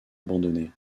abandonnée